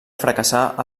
fracassar